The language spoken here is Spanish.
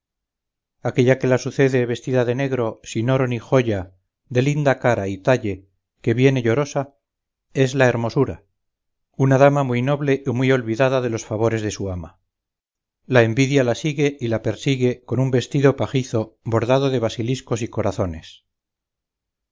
aquella que la sucede vestida de negro sin oro ni joya de linda cara y talle que viene llorosa es la hermosura una dama muy noble y muy olvidada de los favores de su ama la envidia la sigue y la persigue con un vestido pajizo bordado de basiliscos y corazones